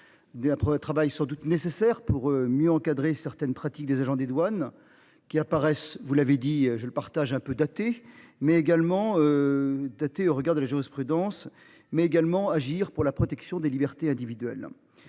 le travail sans doute nécessaire pour mieux encadrer certaines pratiques des agents des douanes qui apparaissent, vous l'avez dit, je le partage un peu datées, mais également. Tâté au regard de la jurisprudence mais également agir pour la protection des libertés individuelles.